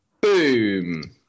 Boom